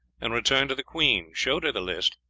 and returning to the queen, showed her the list.